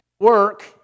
Work